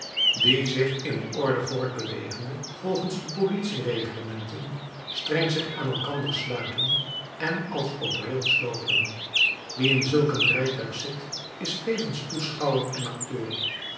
die zich in orde voortbewegende volgens de politie reglementen streng zich aan elkander sluiten en als op rails loopen wie in zulk een rijtuig zit is tevens toeschouwer en acteur